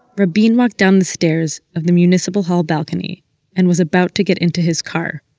rabin walked down the stairs of the municipal hall balcony and was about to get into his car.